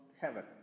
heaven